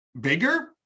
bigger